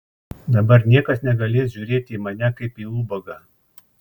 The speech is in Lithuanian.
dabar niekas negalės žiūrėti į mane kaip į ubagą